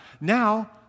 Now